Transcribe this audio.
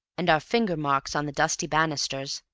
and our finger-marks on the dusty banisters,